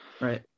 right